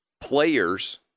players